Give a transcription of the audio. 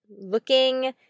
looking